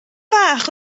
fach